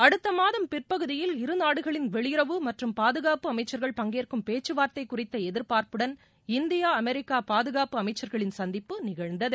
அடுத்தமாதம் பிற்பகுதியில் இருநாடுகளின் வெளியுறவு மற்றும் பாதுகாப்பு அமைச்சர்கள் பங்கேற்கும் பேச்சுவார்த்தை குறித்த எதிர்பார்ப்புடன் இந்தியா அமெரிக்கா பாதுகாப்பு அமைச்சர்களின் சந்திப்பு நிகழ்ந்தது